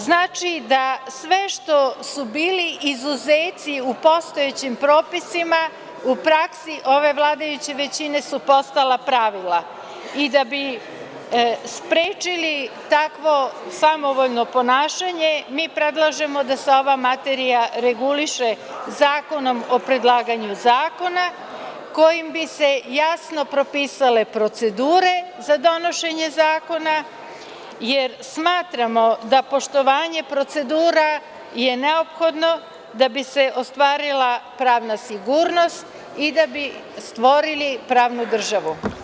Znači, da sve što su bili izuzeci u postojećim propisima u praksi ove vladajuće većine su postala pravila i da bi sprečili takvo samovoljno ponašanje mi predlažemo da se ova materija reguliše zakonom o predlaganju zakona kojim bi se jasno propisale procedure za donošenje zakona, jer smatramo da poštovanje procedura je neophodno da bi se ostvarila pravna sigurnost i da bi stvorili pravnu državu.